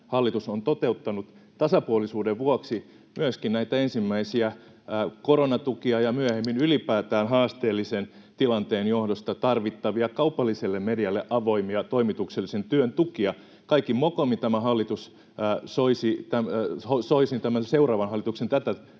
hallitus on toteuttanut tasapuolisuuden vuoksi myöskin näitä ensimmäisiä koronatukia ja myöhemmin ylipäätään haasteellisen tilanteen johdosta tarvittavia, kaupalliselle medialle avoimia toimituksellisen työn tukia. Kaikin mokomin soisin seuraavan hallituksen tätä